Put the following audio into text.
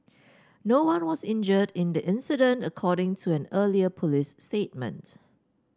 no one was injured in the incident according to an earlier police statement